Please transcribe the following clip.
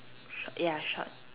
short ya short